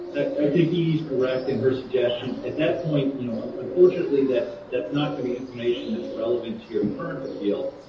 i think edie is correct in her suggestion. at that point, you know, ah unfortunately that's that's not going to be information that's relevant to your current appeal.